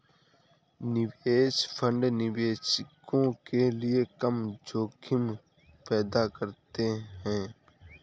निवेश फंड निवेशकों के लिए कम जोखिम पैदा करते हैं